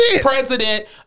president